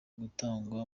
gutangwa